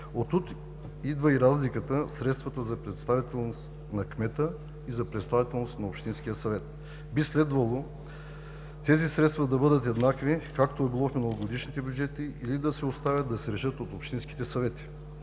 Оттук идва и разликата средствата за представителност на кмета и за представителност на общинския съвет. Би следвало тези средства за бъдат еднакви, както е било в миналогодишните бюджети, или да се оставят да се решат от общинските съвети.